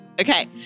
Okay